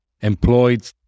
employed